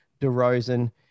DeRozan